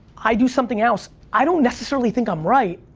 i do something else, i don't necessarily think i'm right,